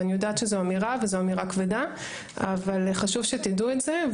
ואני יודעת שזו אמירה וזו אמירה כבדה אבל חשוב שתדעו את זה,